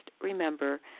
remember